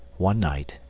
one night,